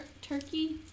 turkey